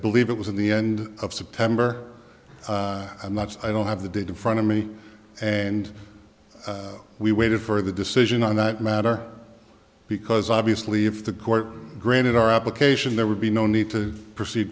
believe it was in the end of september and that's i don't have the data front of me and we waited for the decision on that matter because obviously if the court granted our application there would be no need to proceed